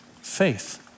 Faith